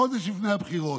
חודש לפני הבחירות.